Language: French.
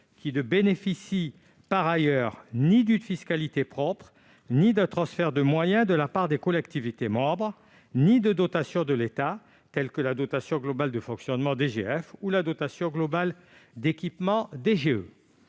qui ne bénéficient par ailleurs ni d'une fiscalité propre, ni d'un transfert de moyens de la part des collectivités membres, ni de dotations de l'État telles que la dotation globale de fonctionnement (DGF) ou la dotation globale d'équipement (DGE).